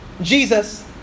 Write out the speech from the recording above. Jesus